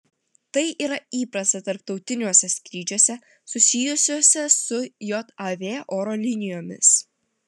tai yra įprasta tarptautiniuose skrydžiuose susijusiuose su jav oro linijomis